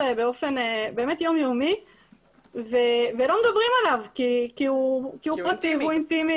באופן יומיומי ולא מדברים עליו כי הוא פרטי ואינטימי